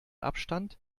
abstand